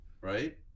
right